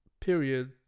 period